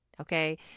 Okay